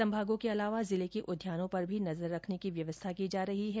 संभागों के अलावा जिले के उद्यानों पर भी नजर रखने की व्यवस्था की जा रही है